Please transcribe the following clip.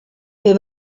fer